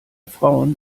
frauen